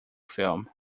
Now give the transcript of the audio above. film